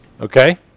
Okay